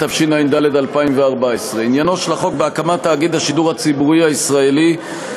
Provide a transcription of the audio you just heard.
התשע"ד 2014. עניינו של החוק בהקמת תאגיד השידור הציבורי הישראלי,